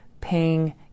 paying